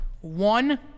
One